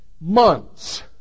months